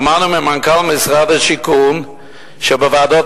שמענו ממנכ"ל משרד השיכון שבוועדות